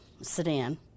sedan